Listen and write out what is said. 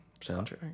Soundtrack